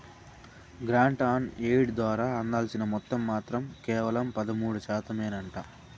grant on aid ద్వారా అందాల్సిన మొత్తం మాత్రం కేవలం పదమూడు శాతమేనంట